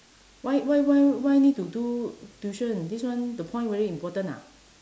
why why why why need to do tuition this one the point very important ah